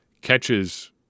catches